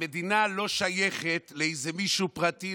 המדינה לא שייכת לאיזה מישהו פרטי,